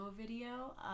video